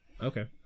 Okay